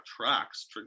tracks